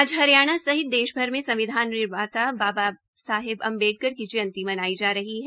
आज हरियाणा सहित देशभर में संविधान निर्माता बाबा साहेब अम्बेडकर की जयंती मनाई जा रही है